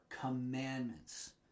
commandments